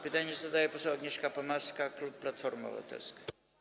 Pytanie zadaje poseł Agnieszka Pomaska, klub Platforma Obywatelska.